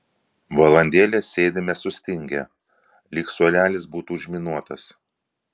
valandėlę sėdime sustingę lyg suolelis būtų užminuotas